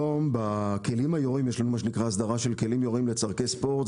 היום בכלים היורים יש לנו מה שנקרא הסדרה של כלים יורים לצרכי ספורט.